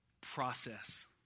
Process